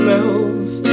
else